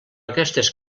aquestes